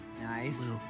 Nice